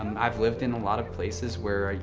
i've lived in a lot of places where,